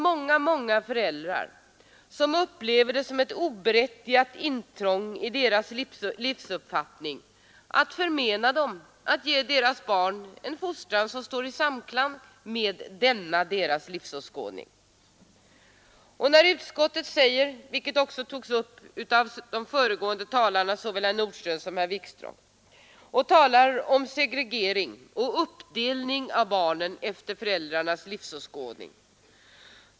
Många, många föräldrar upplever det som ett oberättigat intrång i deras livsuppfattning att de skall förmenas att ge sina barn en fostran som står i samklang med deras livsåskådning. Såväl herr Nordstrandh som herr Wikström tog upp utskottets ord om segregering och uppdelning av barnen efter föräldrarnas livsåskådning.